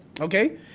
Okay